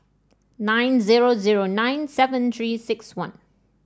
nine zero zero nine seven Three six one